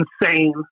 insane